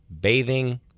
bathing